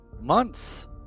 months